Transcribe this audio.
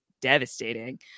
devastating